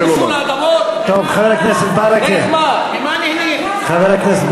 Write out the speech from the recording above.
חבר הכנסת ברכה, חבר הכנסת